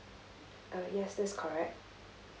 uh yes that's correct